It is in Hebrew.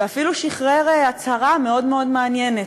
ואפילו שחרר הצהרה מאוד מאוד מעניינת.